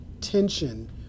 tension